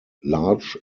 large